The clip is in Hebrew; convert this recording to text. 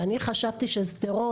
ואני חשבתי ששדרות,